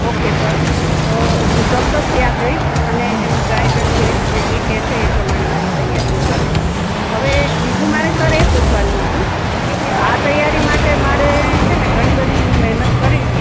okay sir તો હું ચોક્કસ ત્યાં જઈશ અને તેમનું ગાઈડન્સ લઈશ અને એ કહેશે એ પ્રમાણે મારી તૈયારીઓ કરીશ હવે બીજું મારે સર એ પૂછવાનું હતું કે આ તૈયારી માટે મારે છેને ઘણી બધી હું મહેનત કરીશ